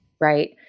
Right